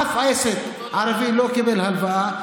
אף עסק ערבי לא קיבל הלוואה,